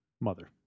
mother